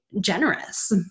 generous